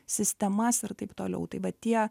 sistemas ir taip toliau tai va tie